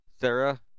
sarah